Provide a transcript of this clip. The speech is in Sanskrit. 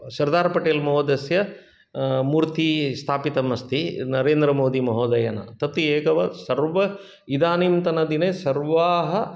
सर्दार् पटेल् महोदयस्य मूर्ति स्थापितम् अस्ति नरेन्द्रमोदि महोदयेन तत् एक सर्व इदानीन्तनदिने सर्वाः